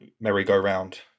merry-go-round